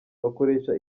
bakoresha